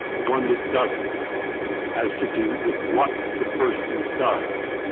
one that doesn't has to do with what the person does.